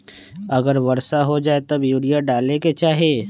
अगर वर्षा हो जाए तब यूरिया डाले के चाहि?